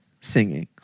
singing